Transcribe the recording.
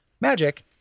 magic